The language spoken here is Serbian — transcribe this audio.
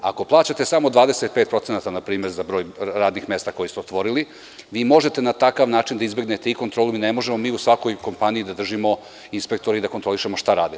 Ako plaćate samo 25% npr. za broj radnih mesta koje ste otvorili, vi možete na takav način da izbegnete i kontrolu, mi ne možemo u svakoj kompaniji da držimo inspektore i da kontrolišemo šta rade.